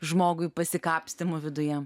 žmogui pasikapstymų viduje